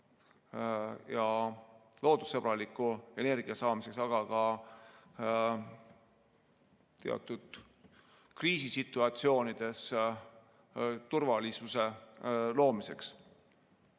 ja loodussõbraliku energia saamiseks, vaid ka teatud kriisisituatsioonides turvalisuse loomiseks.